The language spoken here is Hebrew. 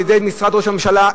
או לידיעת משרד ראש הממשלה,